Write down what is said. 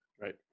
Right